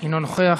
אינו נוכח.